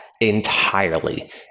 entirely